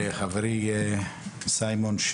חברי סימון,